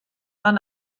man